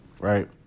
right